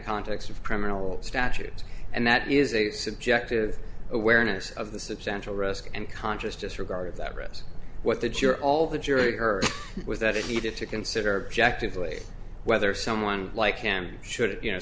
context of criminal statute and that is a subjective awareness of the substantial risk and conscious just regarded that rose what the juror all the jury heard was that it needed to consider objective way whether someone like him should you know